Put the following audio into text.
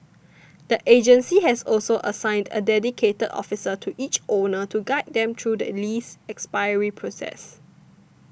the agency has also assigned a dedicated officer to each owner to guide them through the lease expiry process